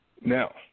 Now